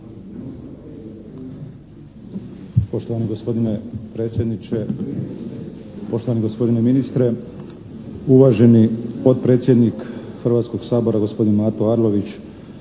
Poštovani gospodine predsjedniče, poštovani gospodine ministre. Uvaženi potpredsjednik Hrvatskog sabora gospodin Mato Arlović